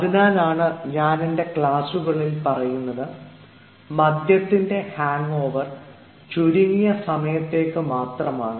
അതിനാലാണ് ഞാൻ എൻറെ ക്ലാസുകളിൽ പറയുന്നത് മദ്യത്തിൻറെ ഹാങ്ഓവർ ചുരുങ്ങിയ സമയത്തേക്ക് മാത്രമാണ്